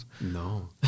no